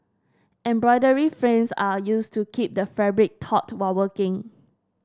embroidery frames are used to keep the fabric taut while working